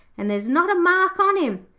and there's not a mark on him.